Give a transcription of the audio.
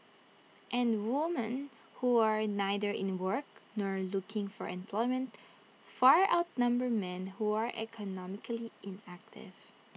and woman who are neither in the work nor looking for employment far outnumber men who are economically inactive